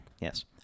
Yes